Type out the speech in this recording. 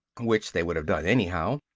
which they would have done anyhow.